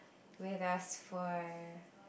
with us for